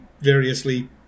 variously